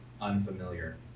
unfamiliar